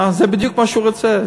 זה בדיוק מה שהוא רוצה,